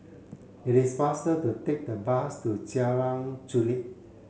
it is faster to take the bus to Jalan Chulek